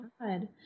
God